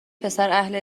پسراهل